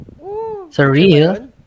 Surreal